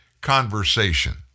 conversation